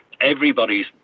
everybody's